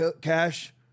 cash